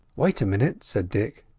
wait a minute, said dick.